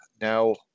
now